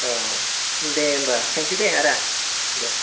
औ दे होनबा थेंकिउ दे आदा दे